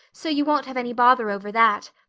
so you won't have any bother over that.